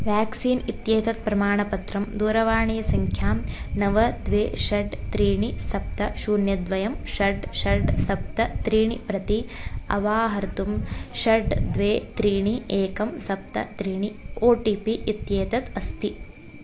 vaccine इत्येतत् प्रमाणपत्रं दूरवाणीसङ्ख्यां नव द्वे षट् त्रीणि सप्त शून्यद्वयं षट् षट् सप्त त्रीणि प्रति अवाहर्तुम् षट् द्वे त्रीणि एकम् सप्त त्रीणि ओ टि पि इत्येतत् अस्ति